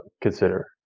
consider